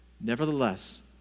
Nevertheless